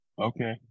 Okay